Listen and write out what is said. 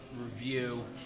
review